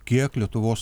kiek lietuvos